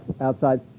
outside